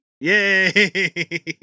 yay